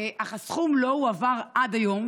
אך הסכום לא הועבר עד היום.